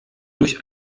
durch